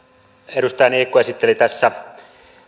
edustaja niikko esitteli tässä